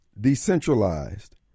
decentralized